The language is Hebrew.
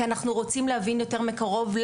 כי אנחנו רוצים להבין יותר מקרוב.